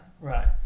right